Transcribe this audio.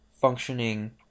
functioning